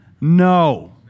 no